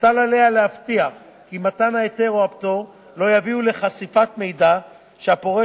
ומוטל עליה להבטיח כי מתן ההיתר או הפטור לא יביא לחשיפת מידע שהפורש